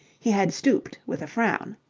he had stooped with a frown